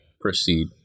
proceed